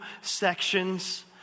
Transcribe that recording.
sections